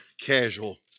casual